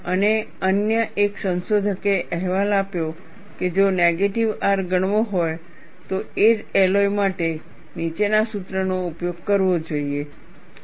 અને અન્ય એક સંશોધકે અહેવાલ આપ્યો કે જો નેગેટિવ R ગણવો હોય તો એ જ એલોય માટે નીચેના સૂત્રનો ઉપયોગ કરવો જોઈએ